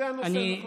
זה הנושא, נכון?